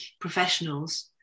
professionals